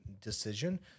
decision